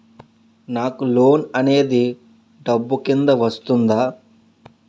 నాకు లోన్ అనేది డబ్బు కిందా వస్తుందా?